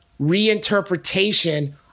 reinterpretation